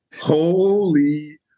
Holy